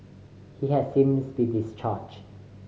he has since be discharged